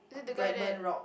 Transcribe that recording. Bretman-Rock